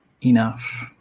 Enough